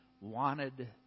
wanted